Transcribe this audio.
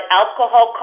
alcohol